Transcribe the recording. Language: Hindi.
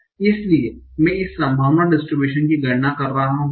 इसलिए मैं इस संभावना डिस्ट्रिब्यूशन की गणना कर रहा हूं